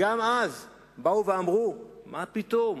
גם אז באו ואמרו: מה פתאום?